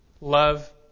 love